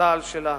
צה"ל שלנו.